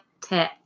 tip